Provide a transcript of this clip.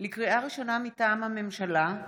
לקריאה ראשונה, מטעם הממשלה: